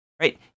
right